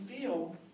feel